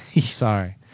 Sorry